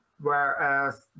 Whereas